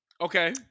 okay